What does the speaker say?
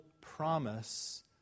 promise